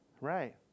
Right